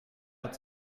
hat